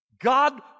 God